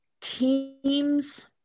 teams